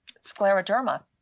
scleroderma